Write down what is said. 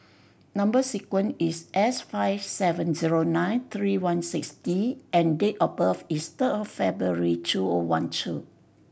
number sequence is S five seven zero nine three one six D and date of birth is third of February two O one two